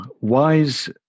wise